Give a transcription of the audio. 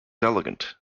elegant